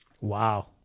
Wow